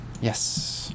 yes